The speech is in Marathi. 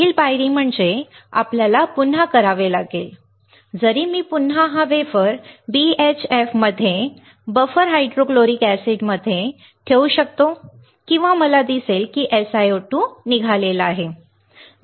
पुढील पायरी म्हणजे मला पुन्हा करावे लागले जरी मी पुन्हा हा वेफर BHF मध्ये बफर हायड्रोफ्लोरिक एसिडमध्ये ठेवू शकतो आणि मला दिसेल की SiO2 काढला आहे